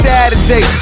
Saturday